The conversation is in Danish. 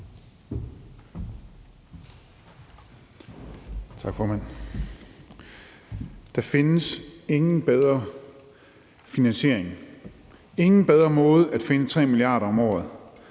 Der findes ingen bedre finansiering, ingen bedre måde at finde 3 milliarder om året